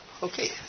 Okay